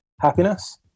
happiness